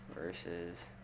versus